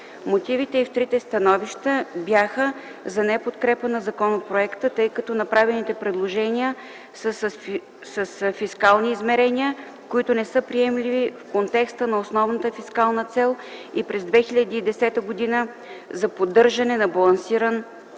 Мотивите и в трите становища бяха за неподкрепа на законопроекта, тъй като направените предложения са с фискални измерения, които не са приемливи в контекста на основната фискална цел и през 2010 г. за поддържане на балансиран бюджет.